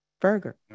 burger